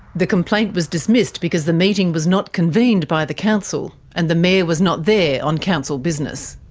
the complaint was dismissed because the meeting was not convened by the council, and the mayor was not there on council business.